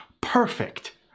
perfect